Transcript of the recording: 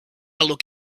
look